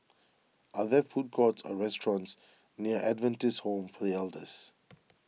are there food courts or restaurants near Adventist Home for the Elders